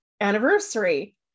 anniversary